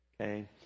Okay